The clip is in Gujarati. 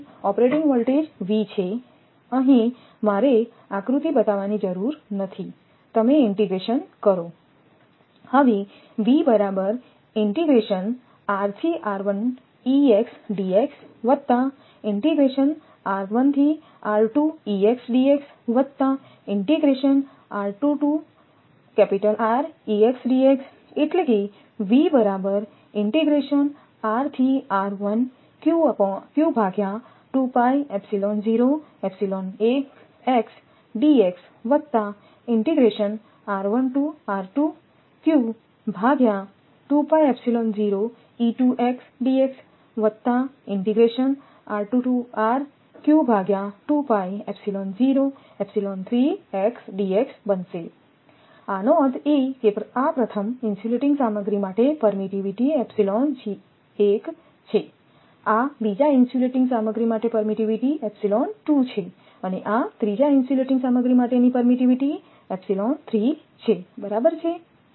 તેથી ઓપરેટિંગ વોલ્ટેજ V છે તેથી અહીં મારે આકૃતિ બતાવવાની જરૂર નથી તમે ઈન્ટિગ્રેશન કરો આનો અર્થ એ કે આ પ્રથમ ઇન્સ્યુલેટીંગ સામગ્રી માટે પરમીટીવીટી છે આ બીજા ઇન્સ્યુલેટીંગ સામગ્રી માટે પરમીટીવીટી છે અને આ ત્રીજા ઇન્સ્યુલેટીંગ સામગ્રી માટેની પરમીટીવીટીછે બરાબરછે